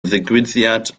ddigwyddiad